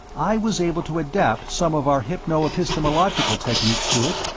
i was able to adapt some of our hypno-epistemological techniques to it,